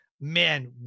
man